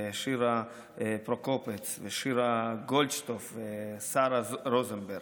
ושירה פרוקופץ, ושירה גולדשטוף, ושרה רוזנברג.